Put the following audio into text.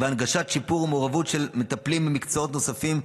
הנגשה ושיפור של המעורבות של מטפלים ממקצועות נוספים,